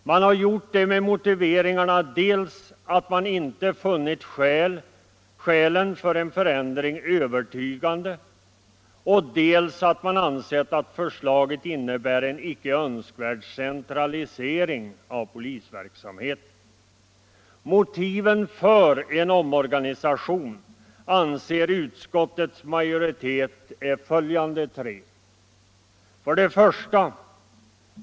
Man har gjort det med motiveringarna dels att man inte funnit skälen för en förändring övertygande, dels att man ansett att förslaget innebär en icke önskvärd centralisering av polisverksamheten. 1.